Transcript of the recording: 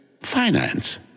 finance